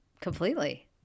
completely